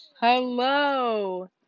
Hello